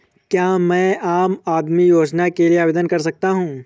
क्या मैं आम आदमी योजना के लिए आवेदन कर सकता हूँ?